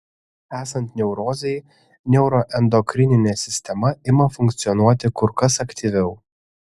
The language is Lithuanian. esant neurozei neuroendokrininė sistema ima funkcionuoti kur kas aktyviau